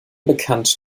bekannt